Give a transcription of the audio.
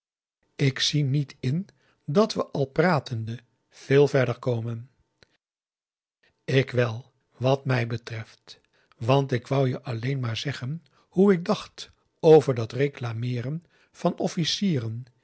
ik zie niet in dat we al pratende veel verder komen ik wèl wat mij betreft want ik wou je alleen maar zeggen hoe ik dacht over dat reclameeren van officieren